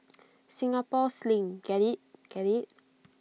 Singapore sling get IT get IT